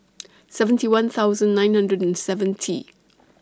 seventy one thousand nine hundred and seventy